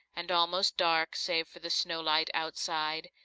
and almost dark, save for the snow-light outside,